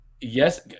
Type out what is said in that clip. Yes